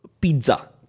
Pizza